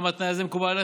גם התנאי הזה מקובל עליכם?